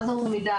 מה זה אומר מדליה.